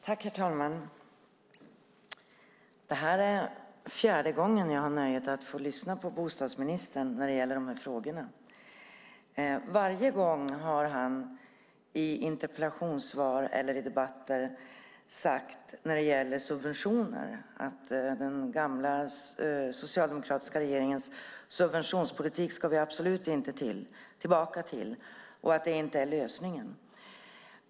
Herr talman! Det här är fjärde gången jag har nöjet att få lyssna på bostadsministern i dessa frågor. Varje gång har han i interpellationssvar eller i debatter sagt att vi absolut inte ska tillbaka till den socialdemokratiska regeringens subventionspolitik och att den inte är lösningen.